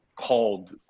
called